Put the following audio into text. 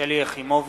יחימוביץ,